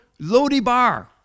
Lodibar